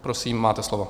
Prosím, máte slovo.